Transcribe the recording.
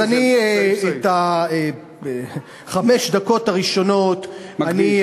זה, אז אני את חמש הדקות הראשונות, מקדיש.